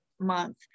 month